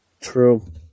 True